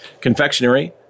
confectionery